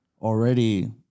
already